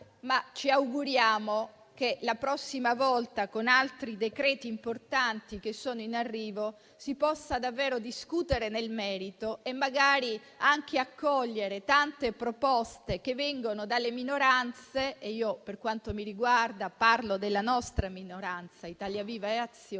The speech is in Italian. Ci auguriamo però che la prossima volta, con altri decreti importanti che sono in arrivo, si possa davvero discutere nel merito e magari anche accogliere tante proposte che vengono dalle minoranze: parlo, per quanto mi riguarda, di Azione-Italia Viva-RenewEurope.